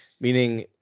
Meaning